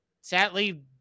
sadly